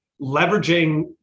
leveraging